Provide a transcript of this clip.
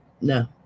No